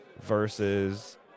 versus